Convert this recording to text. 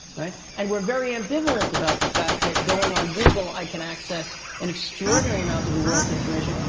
and we're very ambivalent about the fact that going on google, i can access an extraordinary amount of the world's information,